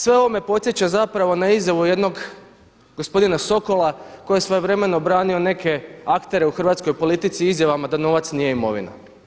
Sve ovo me podsjeća zapravo na izjavu jednog gospodina Sokola koji je svojevremeno branio neke aktere u hrvatskoj politici da novac nije imovina.